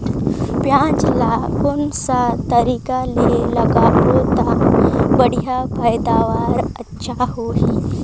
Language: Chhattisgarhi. पियाज ला कोन सा तरीका ले लगाबो ता बढ़िया पैदावार अच्छा होही?